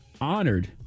honored